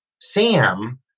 sam